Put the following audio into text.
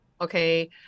Okay